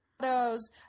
shadows